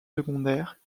secondaires